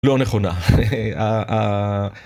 לא נכונה.